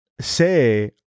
say